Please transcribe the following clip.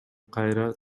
кайра